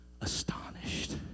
astonished